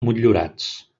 motllurats